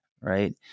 right